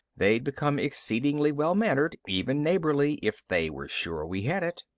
they'd become exceedingly well-mannered, even neighborly, if they were sure we had it.